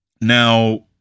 Now